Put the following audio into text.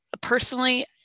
Personally